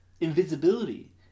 Invisibility